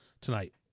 tonight